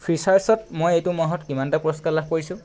ফ্ৰীচাৰ্জত মই এইটো মাহত কিমানটা পুৰস্কাৰ লাভ কৰিছো